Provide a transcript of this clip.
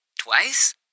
twice